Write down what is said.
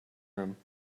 room